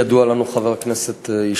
1. המקרה אכן ידוע לנו, חבר הכנסת ישי.